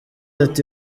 ati